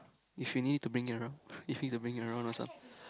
if you need to bring it around if need bring it around or some